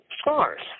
scars